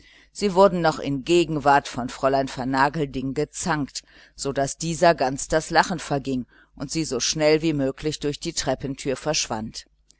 sie wurden noch in gegenwart von fräulein vernagelding gezankt so daß dieser ganz das lachen verging und sie so schnell wie möglich durch die treppentüre verschwand